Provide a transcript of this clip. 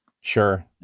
Sure